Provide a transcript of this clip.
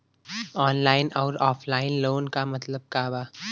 Online अउर offline loan क मतलब का बा?